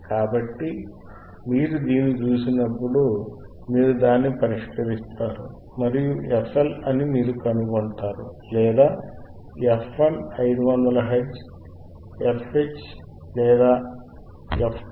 కాబట్టి మీరు దీన్ని చూసినప్పుడు మీరు దాన్ని పరిష్కరిస్తారు మరియు fL అని మీరు కనుగొంటారు లేదా f1 500 హెర్ట్జ్ fH లేదా f2 1